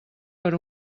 per